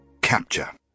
Capture